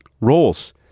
roles